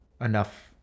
enough